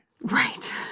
Right